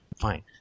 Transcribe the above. Fine